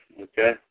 okay